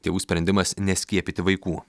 tėvų sprendimas neskiepyti vaikų